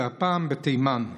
והפעם בתימן.